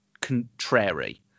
contrary